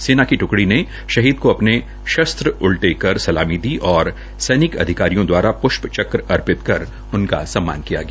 सेना की ट्रकड़ी ने शहीद को अपने शस्त्र उल्टे कर सलामी दी और सैनिक अधिकारियों दवारा पृष्प च्रक अर्पित कर सम्मान किया गया